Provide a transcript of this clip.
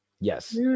Yes